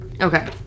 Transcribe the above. Okay